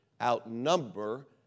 outnumber